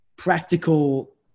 practical